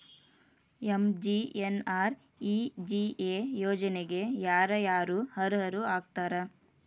MGNREGA ಯೋಜನೆಗೆ ಯಾರ ಯಾರು ಅರ್ಹರು ಆಗ್ತಾರ?